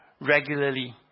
regularly